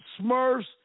smurfs